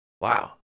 wow